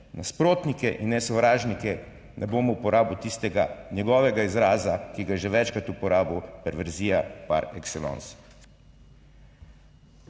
nasprotnike in ne sovražnike, ne bom uporabil tistega njegovega izraza, ki ga je že večkrat uporabil, perverzija par excellence.